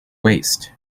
waist